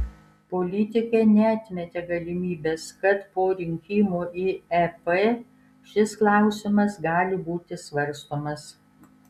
politikė neatmetė galimybės kad po rinkimų į ep šis klausimas gali būti svarstomas